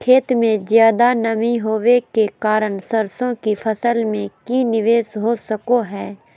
खेत में ज्यादा नमी होबे के कारण सरसों की फसल में की निवेस हो सको हय?